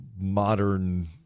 modern